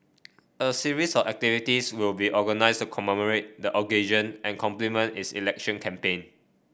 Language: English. a series of activities will be organised to commemorate the occasion and complement its election campaign